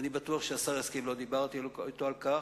ואני בטוח שהשר יסכים לו, דיברתי אתו על כך,